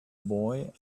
boy